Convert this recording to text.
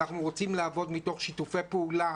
אנחנו רוצים לעבוד מתוך שיתופי פעולה.